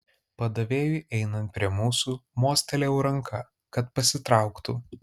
padavėjui einant prie mūsų mostelėjau ranka kad pasitrauktų